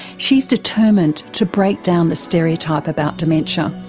she's determined to break down the stereotype about dementia,